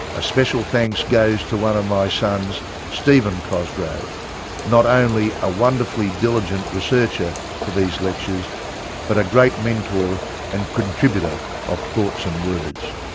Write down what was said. a special thanks goes to one of my sons, stephen cosgrove, not only a wonderfully diligent researcher for these lectures but a great mentor and contributor of thoughts and words.